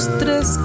tres